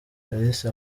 kalisa